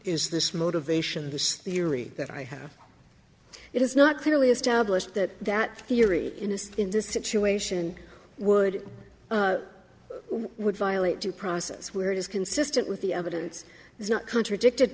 is this motivation this theory that i have it is not clearly established that that theory innocent in this situation would would violate due process where it is consistent with the evidence is not contradicted